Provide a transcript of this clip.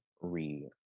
re